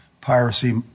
piracy